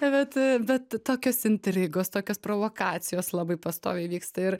bet bet tokios intrigos tokios provokacijos labai pastoviai vyksta ir